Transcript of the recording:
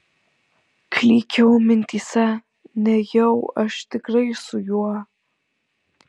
klykiau mintyse nejau aš tikrai su juo